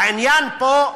העניין פה,